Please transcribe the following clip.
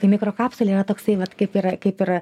tai mikrokapsulė yra toksai vat kaip ir kaip ir